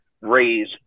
raise